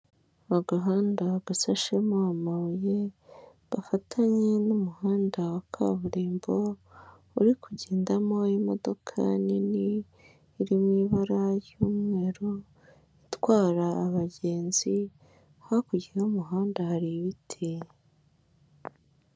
Agahanda basashemo amabuye, gafatanye n'umuhanda wa kaburimbo uri kugendamo imodoka nini iri mu ibara ry'umweru, itwara abagenzi, hakurya y'umuhanda hari ibiti.